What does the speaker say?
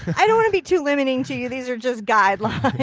i don't want to be too limiting to you. these are just guidelines.